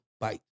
Bite